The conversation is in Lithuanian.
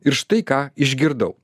ir štai ką išgirdau